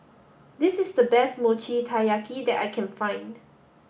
this is the best Mochi Taiyaki that I can find